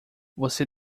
você